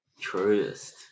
truest